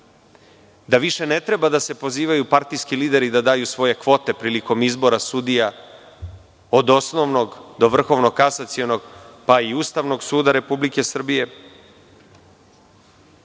da više ne treba da se pozivaju partijski lideri da daju svoje kvote prilikom izbora sudija od osnovnog, do Vrhovnog kasacionog, pa i Ustavnog suda Republike Srbije.